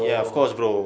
ya of course bro